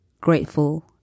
grateful